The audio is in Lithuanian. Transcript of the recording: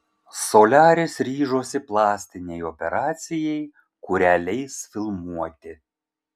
soliaris ryžosi plastinei operacijai kurią leis filmuoti